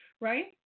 right